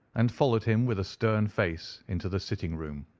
and followed him with a stern face into the sitting-room.